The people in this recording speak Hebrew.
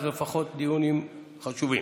אז לפחות דיונים חשובים.